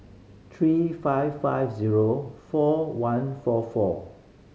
three five five zero four one four four